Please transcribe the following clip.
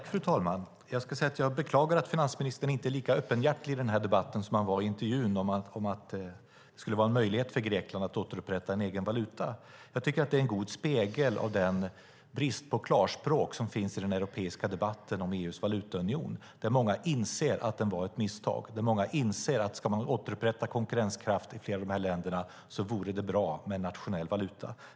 Fru talman! Jag beklagar att finansministern inte är lika öppenhjärtig i den här debatten som han var i intervjun om att det skulle vara en möjlighet för Grekland att återupprätta en egen valuta. Jag tycker att det är en god spegel av den brist på klarspråk som finns i den europeiska debatten om EU:s valutaunion. Många inser att den var ett misstag. Många inser att om man ska upprätta konkurrenskraften i flera av de här länderna vore det bra med en nationell valuta.